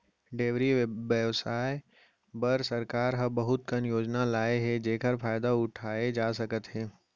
dairy बेवसाय बर सरकार ह बहुत कन योजना लाए हे जेकर फायदा उठाए जा सकत हे